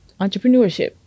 entrepreneurship